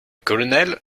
colonel